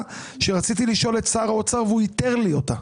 שרציתי לשאול את שר האוצר והוא איתר לי אותה.